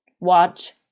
watch